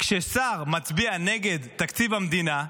כששר מצביע נגד תקציב המדינה,